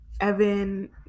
Evan